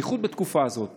בייחוד בתקופה הזאת,